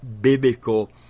biblical